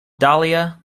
dahlia